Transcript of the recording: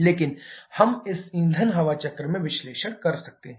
लेकिन हम इस ईंधन हवा चक्र में विश्लेषण कर सकते हैं